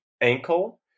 ankle